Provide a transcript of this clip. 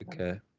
Okay